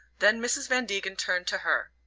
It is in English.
then mrs. van degen turned to her.